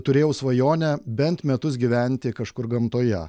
turėjau svajonę bent metus gyventi kažkur gamtoje